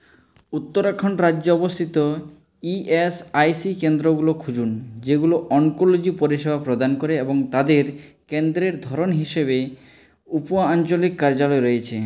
উত্তরাখণ্ড রাজ্যে অবস্থিত E S I C কেন্দ্রগুলো খুঁজুন যেগুলো অনকোলজি পরিষেবা প্রদান করে এবং তাদের কেন্দ্রের ধরন হিসাবে উপ আঞ্চলিক কার্যালয় রয়েছে